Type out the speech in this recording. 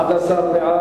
בעד, 11,